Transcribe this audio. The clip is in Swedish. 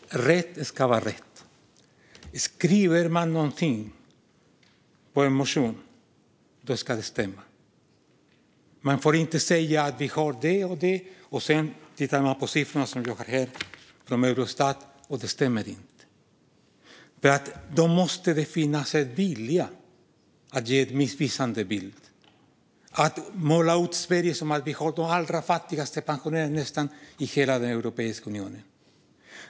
Herr talman! Rätt ska vara rätt. Skriver man någonting i en motion ska det stämma. Man får inte säga att vi har det och det om det inte stämmer. Jag tittar på siffrorna från Eurostat, och detta stämmer inte. Då måste det finnas en vilja att ge en missvisande bild och att måla upp en bild av att Sverige nästan har de allra fattigaste pensionärerna i hela Europeiska unionen.